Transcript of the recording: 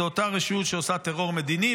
זו אותה רשות שעושה טרור מדיני,